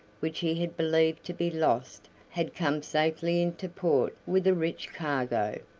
which he had believed to be lost, had come safely into port with a rich cargo.